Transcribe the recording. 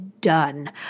done